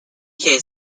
case